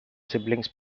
siblings